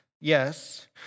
yes